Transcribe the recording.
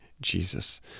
Jesus